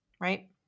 right